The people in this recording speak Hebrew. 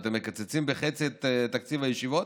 אתם מקצצים בחצי את תקציב הישיבות,